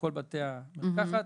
לכל בתי המרקחת.